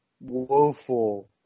woeful